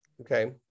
Okay